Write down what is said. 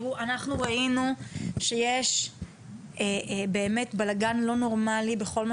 אנחנו ראינו שיש באמת בלגן לא נורמלי בכל מה